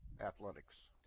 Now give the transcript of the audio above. athletics